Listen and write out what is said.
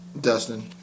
Dustin